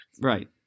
Right